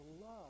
love